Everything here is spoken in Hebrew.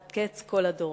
עד קץ כל הדורות.